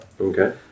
Okay